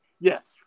yes